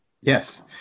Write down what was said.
Yes